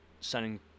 sending